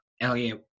Elliot